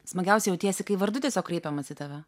smagiausiai jautiesi kai vardu tiesiog kreipiamasi į tave